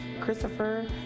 Christopher